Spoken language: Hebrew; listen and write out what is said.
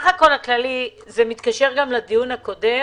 זה מתקשר גם לדיון הקודם,